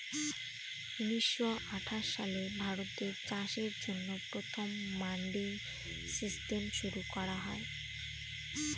উনিশশো আঠাশ সালে ভারতে চাষের জন্য প্রথম মান্ডি সিস্টেম শুরু করা হয়